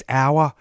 hour